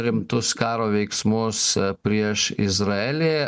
rimtus karo veiksmus prieš izraelį